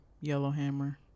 Yellowhammer